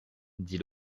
dit